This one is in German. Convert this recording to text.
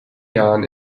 jahren